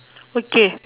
okay